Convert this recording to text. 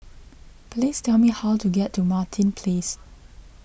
please tell me how to get to Martin please